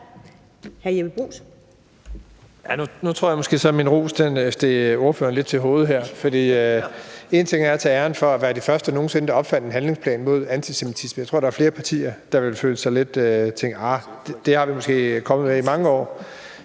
Nu tror jeg måske så, at min ros steg ordføreren lidt til hovedet her. En ting er at tage æren for at være de første nogen sinde, der opfandt en handlingsplan mod antisemitisme, noget andet er, at jeg tror, der er flere partier, der vil tænke, at den er de måske kommet med i mange år.